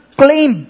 claim